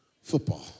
Football